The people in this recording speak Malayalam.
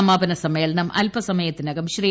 സമാപന സമ്മേളനം അൽപസമയത്തിനകം ശ്രീ